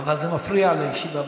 אבל זה מפריע לישיבה.